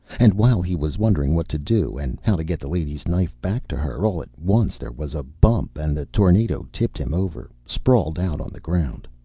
and while he was wondering what to do, and how to get the lady's knife back to her, all at once there was a bump and the tornado tipped him over, sprawled out on the ground.